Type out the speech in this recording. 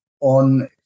on